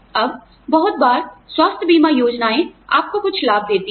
अब बहुत बार स्वास्थ्य बीमा योजनाएं आपको कुछ लाभ देती हैं